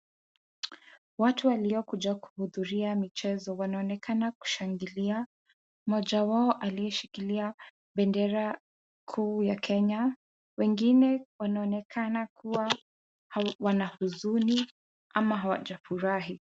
Watu waliokuja kuhudhuria michezo wanaonekana kushangilia. Mmoja wao aliyeshikilia bendera kuu ya Kenya, wengine wanaonekana kuwa wana huzuni ama hawajafurahi.